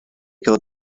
killed